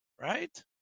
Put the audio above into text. Right